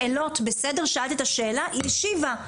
שאלת את השאלה, היא השיבה.